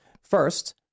First